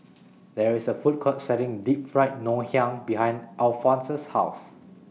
There IS A Food Court Selling Deep Fried Ngoh Hiang behind Alfonse's House